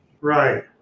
Right